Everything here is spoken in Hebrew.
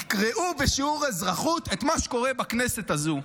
יקראו בשיעור אזרחות על מה שקורה בכנסת הזו.